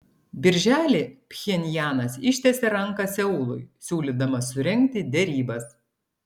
birželį pchenjanas ištiesė ranką seului siūlydamas surengti derybas